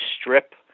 strip